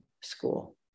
school